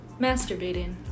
Masturbating